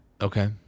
Okay